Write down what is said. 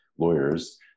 Lawyers